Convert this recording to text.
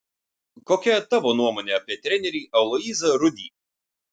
kokia tavo nuomonė apie trenerį aloyzą rudį